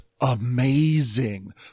amazing